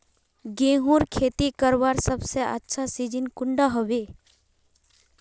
गेहूँर खेती करवार सबसे अच्छा सिजिन कुंडा होबे?